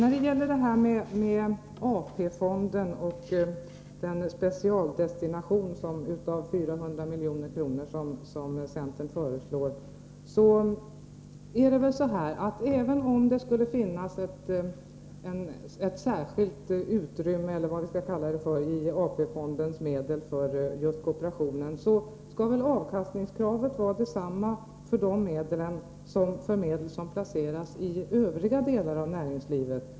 Centern föreslår att 400 milj.kr. av fjärde AP-fondens medel skall specialdestineras till kooperationen. Även om det i AP-fondens medel skulle finnas ett särskilt utrymme =— eller vad vi skall kalla det — för kooperationen, skall väl avkastningskravet på de medlen vara detsamma som på medel som placeras i övriga delar av näringslivet?